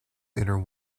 inner